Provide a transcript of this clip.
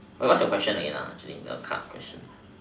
but what's your question again ah actually the card question